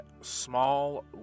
small